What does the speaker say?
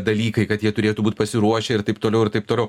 dalykai kad jie turėtų būt pasiruošę ir taip toliau ir taip toliau